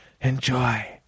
enjoy